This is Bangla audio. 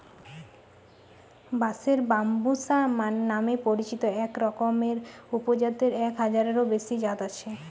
বাঁশের ব্যম্বুসা নামে পরিচিত একরকমের উপজাতের এক হাজারেরও বেশি জাত আছে